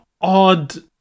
odd